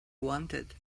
wanted